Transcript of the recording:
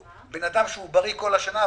בן אדם שהוא בריא כל השנה,